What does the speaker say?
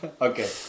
Okay